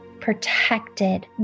protected